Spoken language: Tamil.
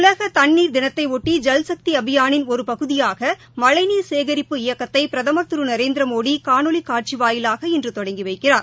உலகதண்ணிர் தினத்தையொட்டி ஐல்சக்திஅபியானின் ஒருபகுதியாகமழைநீர் சேகிப்பு இயக்கத்தைபிரதமா் திருநரேந்திரமோடிகாணொலிகாட்சிவாயிலாக இன்றுதொடங்கிவைக்கிறார்